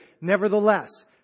Nevertheless